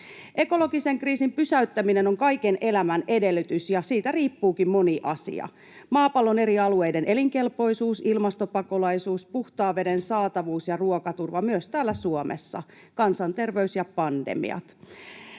Ekologisen kriisin pysäyttäminen on kaiken elämän edellytys, ja siitä riippuukin moni asia: maapallon eri alueiden elinkelpoisuus, ilmastopakolaisuus, puhtaan veden saatavuus ja ruokaturva, myös täällä Suomessa, kansanterveys ja pandemiat.